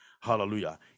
Hallelujah